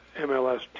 MLS